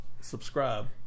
subscribe